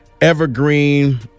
Evergreen